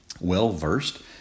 well-versed